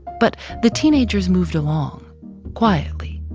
but the teenagers moved along quietly.